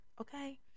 Okay